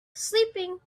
sleeping